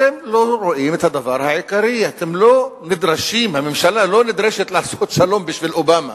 אתם לא רואים את הדבר העיקרי: הממשלה לא נדרשת לעשות שלום בשביל אובמה,